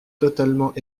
totalement